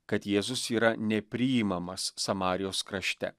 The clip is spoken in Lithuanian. kad jėzus yra nepriimamas samarijos krašte